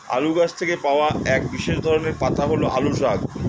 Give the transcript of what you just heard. আলু গাছ থেকে পাওয়া এক বিশেষ ধরনের পাতা হল আলু শাক